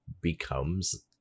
becomes